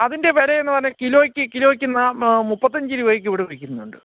അതിൻ്റെ വിലയെന്ന് പറഞ്ഞാൽ കിലോയ്ക്ക് കിലോയ്ക്ക് നാ മാ മുപ്പത്തഞ്ച് രൂപായ്ക്ക് ഇവിടെ വിൽക്കുന്നുണ്ട്